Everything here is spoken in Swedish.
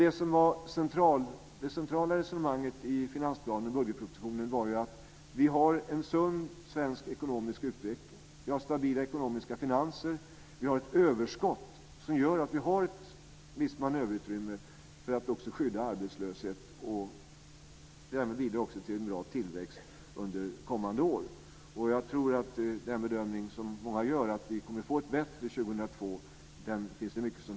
Det centrala resonemanget i budgetpropositionen var att vi har en sund svensk ekonomisk utveckling. Vi har stabila ekonomiska finanser. Vi har ett överskott som gör att vi har ett visst manöverutrymme för att möta en arbetslöshet. Det bidrar också till en bra tillväxt under kommande år. Det finns mycket som talar för den bedömning som många gör, att vi kommer att få ett bättre 2002.